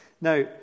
Now